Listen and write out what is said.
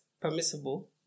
permissible